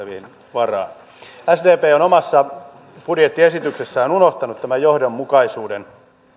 varaan sdp on omassa budjettiesityksessään unohtanut tämän johdonmukaisuuden